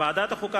ועדת החוקה,